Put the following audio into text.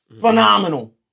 Phenomenal